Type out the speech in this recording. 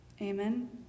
Amen